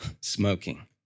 smoking